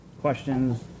Questions